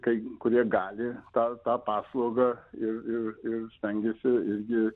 kai kurie gali tą tą paslaugą ir ir ir stengiasi irgi